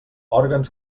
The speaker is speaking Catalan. òrgans